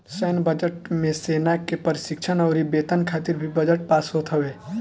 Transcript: सैन्य बजट मे सेना के प्रशिक्षण अउरी वेतन खातिर भी बजट पास होत हवे